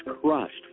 crushed